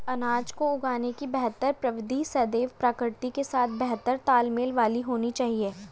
अनाज को उगाने की बेहतर प्रविधि सदैव प्रकृति के साथ बेहतर तालमेल वाली होनी चाहिए